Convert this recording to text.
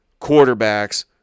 quarterbacks